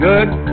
Good